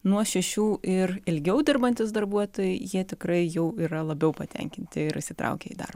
nuo šešių ir ilgiau dirbantys darbuotojai jie tikrai jau yra labiau patenkinti ir įsitraukę į dar